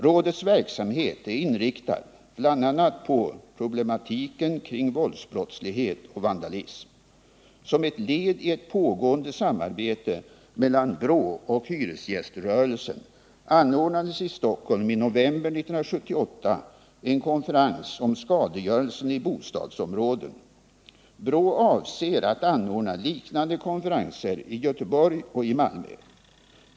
Rådets verksamhet är inriktad bl.a. på problematiken kring våldsbrottslighet och vandalism. Som ett led i ett pågående samarbete mellan BRÅ och hyresgäströrelsen anordnades i Stockholm i november 1978 en konferens om skadegörelsen i bostadsområden. BRÅ avser att anordna liknande konferenser i Göteborg och i Malmö.